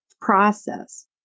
process